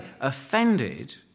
offended